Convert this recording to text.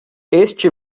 este